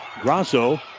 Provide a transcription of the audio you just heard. Grasso